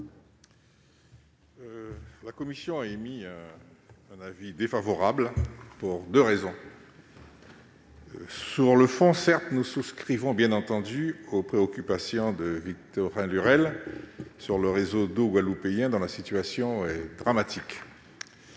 La commission a émis un avis défavorable sur cet amendement, pour deux raisons. Sur le fond, certes, nous souscrivons bien entendu aux préoccupations de Victorin Lurel sur le réseau d'eau guadeloupéen, dont la situation est dramatique.